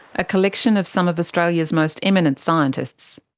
a collection of some of australia's most eminent scientists.